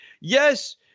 yes